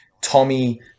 Tommy